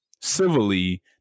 civilly